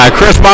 Chris